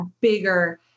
bigger